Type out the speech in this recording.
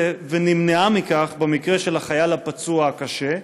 ונמנעה מכך במקרה של החייל הפצוע קשה?